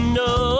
no